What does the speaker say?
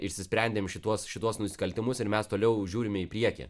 išsisprendėm šituos šituos nusikaltimus ir mes toliau žiūrime į priekį